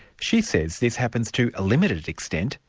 she says this happens, to a limited extent,